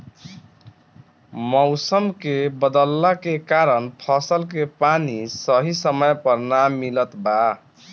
मउसम के बदलला के कारण फसल के पानी सही समय पर ना मिलत बा